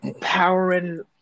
powering